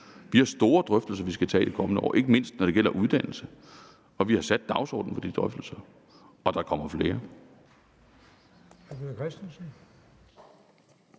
Vi har store drøftelser, vi skal tage i de kommende år, ikke mindst når det gælder uddannelse, og vi har sat dagsordenen for de drøftelser, og der kommer flere.